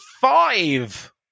five